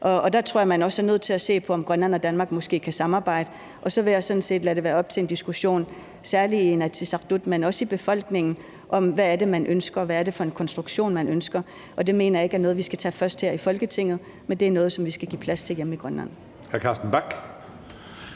og der tror jeg, at man også er nødt til at se på, om Grønland og Danmark måske kan samarbejde. Så vil jeg sådan set lade det være op til en diskussion, særlig i Inatsisartut, men også i befolkningen, om, hvad det er, man ønsker, og hvad det er for en konstruktion, man ønsker. Og det mener jeg ikke er noget, vi først skal tage her i Folketinget, for det er noget, som vi skal give plads til hjemme i Grønland.